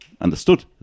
understood